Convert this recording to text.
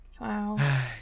Wow